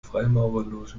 freimaurerloge